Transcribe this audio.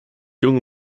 junge